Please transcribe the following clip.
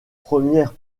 premières